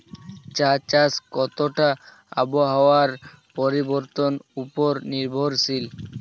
চা চাষ কতটা আবহাওয়ার পরিবর্তন উপর নির্ভরশীল?